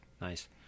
Nice